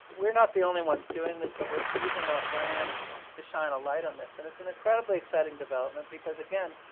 we're not the only ones doing this, but we're using our brand to shine a light on this, and it's an incredibly exciting development because, again,